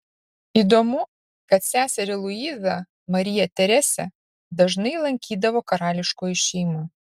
įdomu kad seserį luizą mariją teresę dažnai lankydavo karališkoji šeima